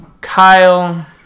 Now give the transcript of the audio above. Kyle